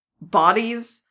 bodies